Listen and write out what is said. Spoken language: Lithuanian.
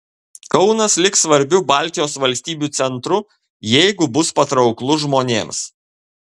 kaunas liks svarbiu baltijos valstybių centru jeigu bus patrauklus žmonėms